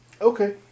Okay